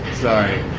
sorry.